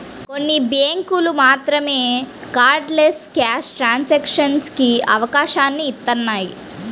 కొన్ని బ్యేంకులు మాత్రమే కార్డ్లెస్ క్యాష్ ట్రాన్సాక్షన్స్ కి అవకాశాన్ని ఇత్తన్నాయి